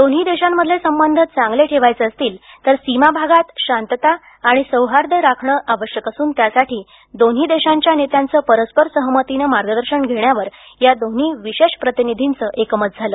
दोन्ही देशांमधले संबंध चांगले ठेवायचे असतील तर सीमा भागात शांतता आणि सौहार्द राखणं आवश्यक असून त्यासाठी दोन्ही देशांच्या नेत्यांचं परस्पर सहमतीनं मार्गदर्शन घेण्यावर या दोन्ही विशेष प्रतिनिधींचं एकमत झालं